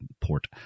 port